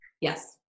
Yes